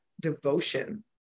devotion